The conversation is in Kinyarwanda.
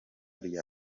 rya